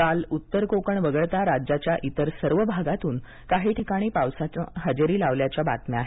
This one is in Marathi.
काल उत्तर कोकण वगळता राज्याच्या इतर सर्व भागांतून काही ठिकाणी पावसानं हजेरी लावल्याच्या बातम्या आहेत